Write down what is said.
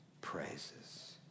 praises